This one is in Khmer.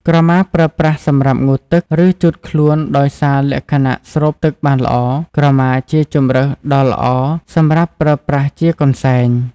ក្រមាប្រើប្រាស់សម្រាប់ងូតទឹក ឬ ជូតខ្លួនដោយសារលក្ខណៈស្រូបទឹកបានល្អ ក្រមាជាជម្រើសដ៏ល្អសម្រាប់ប្រើប្រាស់ជាកន្សែង។